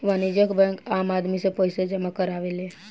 वाणिज्यिक बैंक आम आदमी से पईसा जामा करावेले